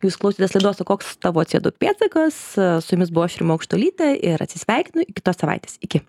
jūs klausėtės laidos o koks tavo c du pėdsakas su jumis buvau aš rima aukštuolytė ir atsisveikinu iki tos savaites iki